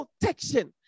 protection